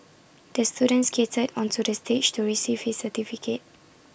the student skated onto the stage to receive his certificate